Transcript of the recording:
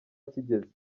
kigeze